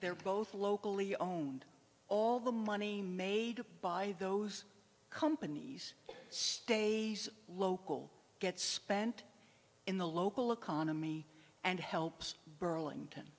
they're both locally owned all the money made by those companies stays local gets spent in the local economy and helps burlington